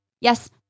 yes